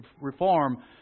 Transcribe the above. reform